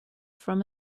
from